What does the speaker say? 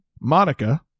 Monica